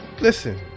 listen